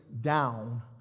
down